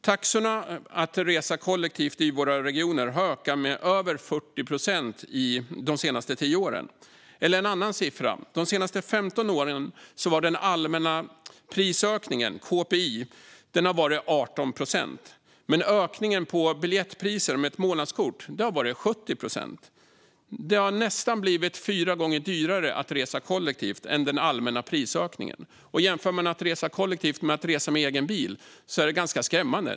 Taxorna för att resa kollektivt i våra regioner har ökat med över 40 procent de senaste 10 åren. Eller för att ta en annan siffra: De senaste 15 åren har den allmänna prisökningen, KPI, varit 18 procent, men ökningen av priset för ett månadskort har varit 70 procent. Det har alltså blivit nästan fyra gånger dyrare att resa kollektivt än den allmänna prisökningen. Jämför man att resa kollektivt med att resa med egen bil är det ganska skrämmande.